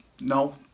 no